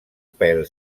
pèl